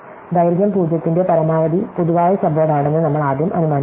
ദൈർഘ്യം 0 ന്റെ പരമാവധി പൊതുവായ സബ്വേഡ് ആണെന്ന് നമ്മൾ ആദ്യം അനുമാനിക്കുന്നു